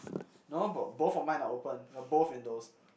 no bro both of mine are open the both and those